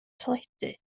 teledu